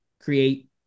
create